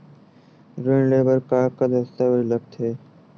ऋण ले बर का का दस्तावेज लगथे?